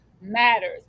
matters